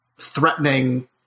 threatening